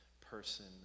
person